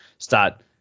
start